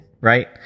right